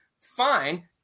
fine